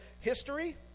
history